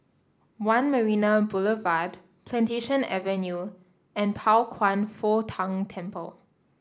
One Marina Boulevard Plantation Avenue and Pao Kwan Foh Tang Temple